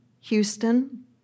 Houston